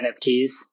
NFTs